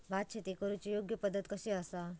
भात शेती करुची योग्य पद्धत कशी आसा?